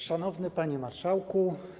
Szanowny Panie Marszałku!